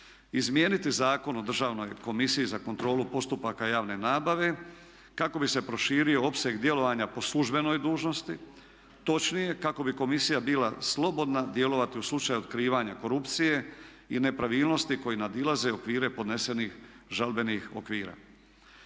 Izmijeniti Zakon o Državnoj komisiji za kontrolu postupaka javne nabave kako bi se proširio opseg djelovanja po službenoj dužnosti, točnije kako bi komisija bila slobodna djelovati u slučaju otkrivanja korupcije i nepravilnosti koji nadilaze okvire podnesenih žalbenih okvira.